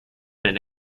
been